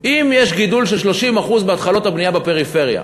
אם יש גידול של 30% בהתחלות הבנייה בפריפריה,